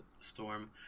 storm